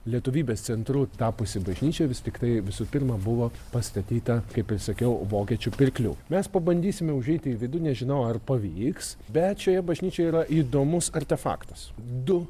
lietuvybės centru tapusi bažnyčia vis tiktai visų pirma buvo pastatyta kaip ir sakiau vokiečių pirklių mes pabandysime užeiti į vidų nežinau ar pavyks bet šioje bažnyčioj yra įdomus artefaktas du